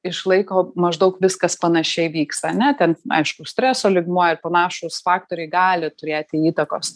išlaiko maždaug viskas panašiai vyksta ane ten aišku streso lygmuo ir panašūs faktoriai gali turėti įtakos